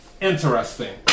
Interesting